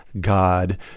God